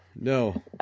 no